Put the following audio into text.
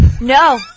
No